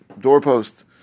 doorpost